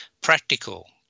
practical